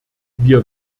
wir